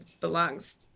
belongs